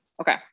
Okay